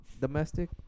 domestic